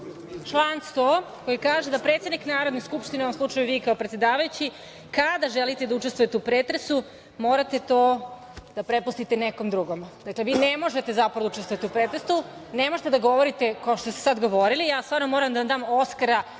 Član 100. koji kaže da predsednik Narodne skupštine, u ovom slučaju vi kao predsedavajući, kada želite da učestvujete u pretresu morate to da prepustite nekom drugom. Dakle, vi ne možete, zapravo, da učestvujete u pretresu, ne možete da govorite kao što ste sad govorili. Ja stvarno moram da vam dam Oskara,